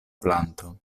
planto